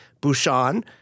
Bouchon